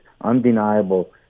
undeniable